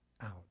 out